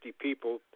people